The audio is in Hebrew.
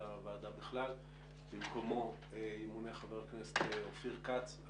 הוועדה ובמקומו ימונה חבר הכנסת אופיר כץ.